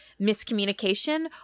miscommunication